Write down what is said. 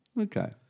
okay